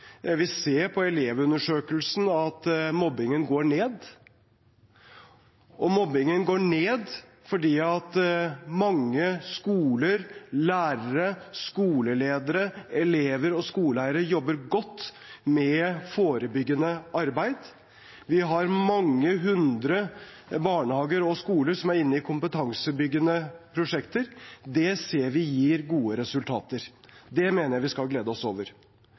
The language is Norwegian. Vi ser på Elevundersøkelsen at mobbingen går ned. Mobbingen går ned fordi mange skoler, lærere, skoleledere, elever og skoleeiere jobber godt med forebyggende arbeid. Vi har mange hundre barnehager og skoler som er inne i kompetansebyggende prosjekter. Det ser vi gir gode resultater, og det mener jeg vi skal glede oss over.